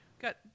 got